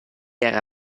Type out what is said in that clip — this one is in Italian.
era